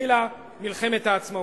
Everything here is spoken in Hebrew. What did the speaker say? התחילה מלחמת העצמאות.